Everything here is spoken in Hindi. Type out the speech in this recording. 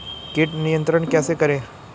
कीट नियंत्रण कैसे करें?